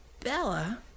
Bella